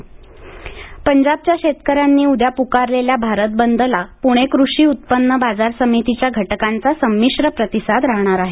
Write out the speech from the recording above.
भारतबंद पंजाबच्या शेतकऱ्यांनी उद्या पुकारलेल्या भारत बंदला पुणे कृषी उत्पन्न बाजार समितीच्या घटकांचा संमिश्र प्रतिसाद राहणार आहे